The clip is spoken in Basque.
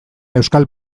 euskal